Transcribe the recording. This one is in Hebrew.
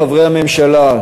חברי הממשלה,